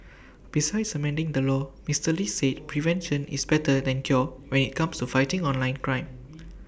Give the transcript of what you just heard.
besides amending the law Mister lee said prevention is better than cure when IT comes to fighting online crime